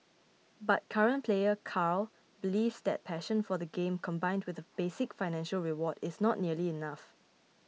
but current player Carl believes that passion for the game combined with a basic financial reward is not nearly enough